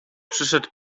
przyszedł